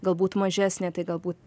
galbūt mažesnė tai galbū